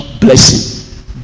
blessing